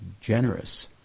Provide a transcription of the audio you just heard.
generous